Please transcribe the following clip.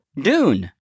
Dune